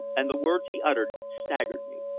and the words he uttered staggered me.